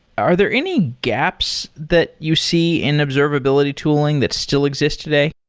are there any gaps that you see in observability tooling that still exist today?